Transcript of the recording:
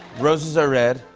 roses are red.